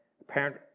apparent